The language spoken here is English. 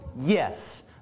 Yes